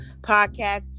Podcast